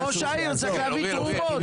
ראש העיר צריך להביא תרומות.